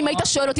אם היית שואל אותי,